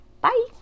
Bye